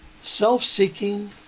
self-seeking